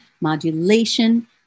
modulation